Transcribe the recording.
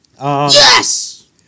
Yes